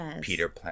Peter